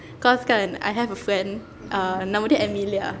cause kan I have a friend uh nama dia amelia